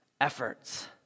efforts